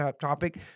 topic